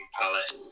Palace